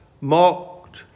mocked